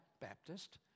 Baptist